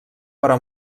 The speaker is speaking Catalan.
però